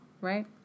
right